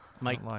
Mike